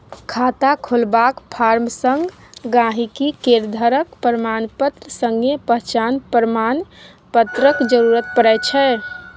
खाता खोलबाक फार्म संग गांहिकी केर घरक प्रमाणपत्र संगे पहचान प्रमाण पत्रक जरुरत परै छै